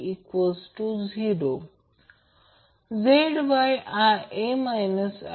तर आता Ib Ia angle 120 o माहित आहे